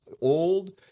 old